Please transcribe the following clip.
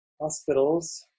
hospitals